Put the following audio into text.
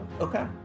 Okay